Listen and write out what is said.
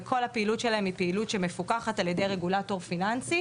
וכל הפעילות שלהם היא פעילות שמפוקחת על ידי רגולטור פיננסי.